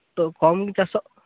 ᱛᱚ ᱠᱚᱢ ᱜᱮ ᱪᱟᱥᱚᱜ